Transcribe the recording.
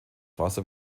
wasser